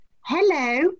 hello